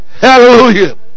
hallelujah